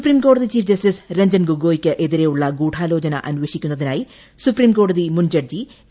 സുപ്രീംകോടതി chief justice Ranjan ഗൊഗോയിക്ക് എതിരെയുളള ഗൂഢാലോചന അന്വേഷിക്കുന്നതിനായി സൂപ്രീംകോടതി മുൻ ് ജ്ജ്ജി എ